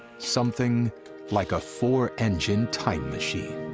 something like a four-engine time machine.